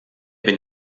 bin